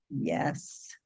Yes